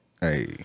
Hey